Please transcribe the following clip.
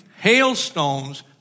hailstones